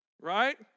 Right